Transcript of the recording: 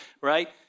right